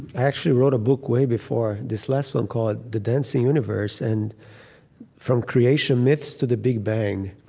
actually wrote a book way before this last one, called the dancing universe and from creation myths to the big bang.